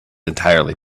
entirely